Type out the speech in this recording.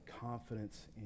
confidence